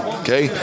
okay